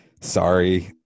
Sorry